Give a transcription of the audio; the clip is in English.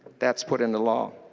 that is put into law.